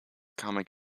comic